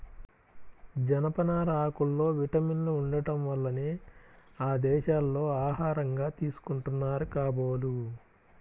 జనపనార ఆకుల్లో విటమిన్లు ఉండటం వల్లనే ఆ దేశాల్లో ఆహారంగా తీసుకుంటున్నారు కాబోలు